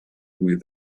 with